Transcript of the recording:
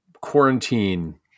quarantine